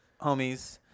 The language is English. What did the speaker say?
homies